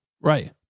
right